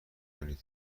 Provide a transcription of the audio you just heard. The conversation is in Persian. کنین